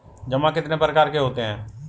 जमा कितने प्रकार के होते हैं?